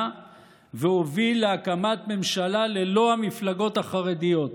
ולהוביל להקמת ממשלה ללא המפלגות החרדיות.